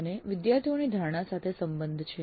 આને વિદ્યાર્થીઓની ધારણા સાથે સંબંધ છે